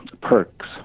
perks